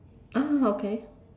ah okay